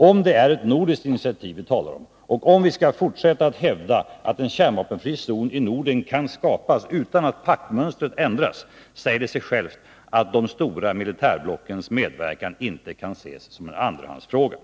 Om det är ett nordiskt initiativ vi talar om och om vi skall fortsätta att hävda att en kärnvapenfri zon i Norden kan skapas utan att paktmönstret ändras, säger det sig själv att de stora militärblockens medverkan inte kan ses som en andrahandsfråga.